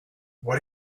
what